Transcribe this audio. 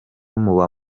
muba